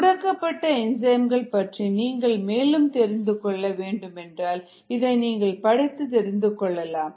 முடக்கப்பட்ட என்சைம்கள் பற்றி நீங்கள் மேலும் தெரிந்துகொள்ள வேண்டுமென்றால் இதை நீங்கள் படித்து தெரிந்து கொள்ளலாம்